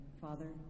Father